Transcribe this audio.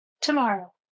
Tomorrow